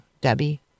Debbie